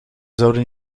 zouden